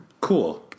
Cool